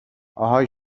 آهای